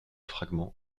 fragments